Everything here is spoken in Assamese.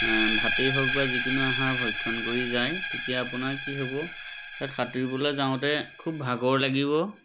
ভাতেই হওক বা যিকোনো আহাৰ ভক্ষণ কৰি যায় তেতিয়া আপোনাৰ কি হ'ব তাত সাঁতুৰিবলৈ যাওঁতে খুব ভাগৰ লাগিব